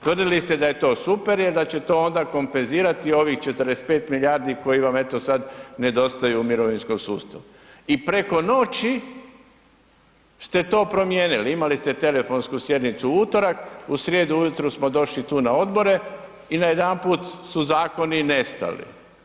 Tvrdili ste da je to super jer da će to onda kompenzirati ovih 45 milijardi koje vam eto sad nedostaju u mirovinskom sustavu i preko noći ste to promijenili, imali ste telefonsku sjednicu u utorak, u srijedu ujutro smo došli tu na odbore i najedanput su zakoni nestali.